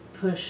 push